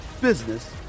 business